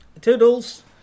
Toodles